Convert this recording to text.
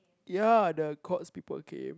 ya the Courts people came